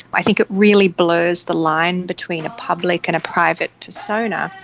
i think it really blurs the line between a public and private persona.